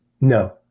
No